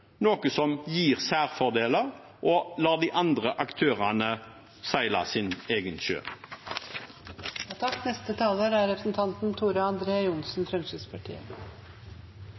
noe som gir særfordeler, og lar de andre aktørene seile sin egen